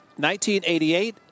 1988